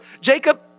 Jacob